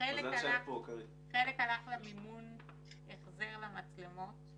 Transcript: חלק הלך למימון החזר למצלמות.